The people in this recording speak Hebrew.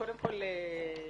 קודם כל,